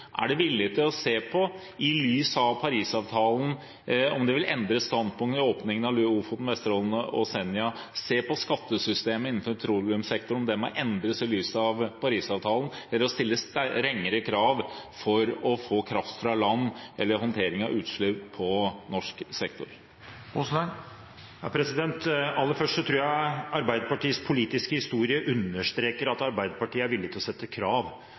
det – i lys av Paris-avtalen – vilje til å se på om man vil endre standpunkt når det gjelder åpningen av Lofoten, Vesterålen og Senja, til å se på skattesystemet innenfor petroleumssektoren, om det må endres i lys av Paris-avtalen, eller til å stille strengere krav for å få kraft fra land, eller for håndtering av utslipp på norsk sektor? Aller først tror jeg Arbeiderpartiets politiske historie understreker at Arbeiderpartiet er villig til å stille krav